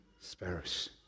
sparrows